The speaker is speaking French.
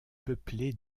peuplées